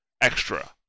extra